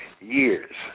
years